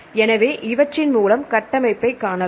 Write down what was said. எனவே இவற்றின் மூலம் கட்டமைப்பை காணலாம்